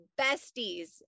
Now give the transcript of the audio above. besties